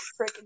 freaking